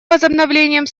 возобновлением